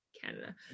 Canada